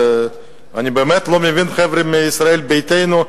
אני באמת לא מבין את החבר'ה מישראל ביתנו,